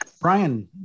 Brian